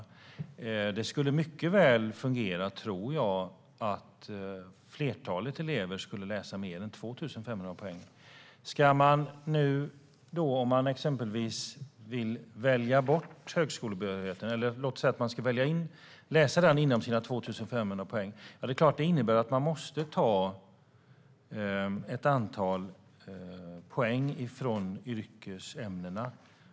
Jag tror att det mycket väl skulle kunna fungera om flertalet elever läste mer än 2 500 poäng. Låt oss säga att en elev ska läsa in högskolebehörigheten inom sina 2 500 poäng. Då innebär det att ett antal poäng måste tas från yrkesämnena.